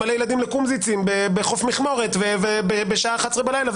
מלא ילדים לקומזיצים לחוף מכמורת בשעה 11 בלילה,